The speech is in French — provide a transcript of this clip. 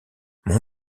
mon